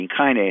kinase